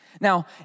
Now